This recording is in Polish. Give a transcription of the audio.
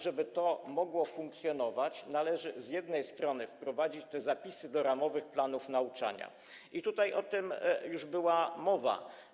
Żeby to mogło funkcjonować, należy, z jednej strony, wprowadzić te zapisy do ramowych planów nauczania, o czym już była mowa.